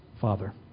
Father